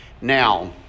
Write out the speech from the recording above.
Now